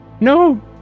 No